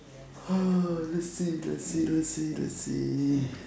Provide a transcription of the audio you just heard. let's see let's see let's see